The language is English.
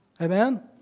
Amen